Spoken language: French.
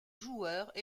joueurs